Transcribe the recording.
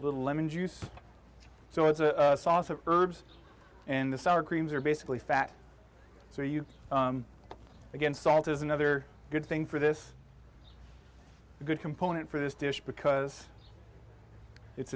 a little lemon juice so it's a sauce of herbs and the sour cream are basically fat so you again salt is another good thing for this good component for this dish because it's